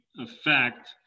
affect